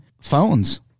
phones